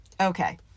Okay